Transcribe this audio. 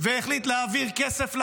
והחליט להעביר כסף לחמאס,